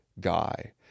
Guy